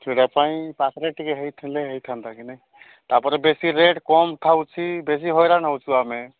ସେଇଟା ପାଇଁ ପାଖରେ ଟିକେ ହୋଇଥିଲେ ହୋଇଥାନ୍ତା କି ନାଇଁ ତାପରେ ବେଶୀ ରେଟ୍ କମ୍ ଥାଉଛି ବେଶୀ ହଇରାଣ ହେଉଛୁ ଆମେ